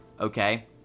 okay